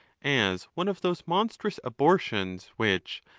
as one of those monstrous abortions which,